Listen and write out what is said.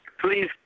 Please